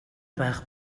байх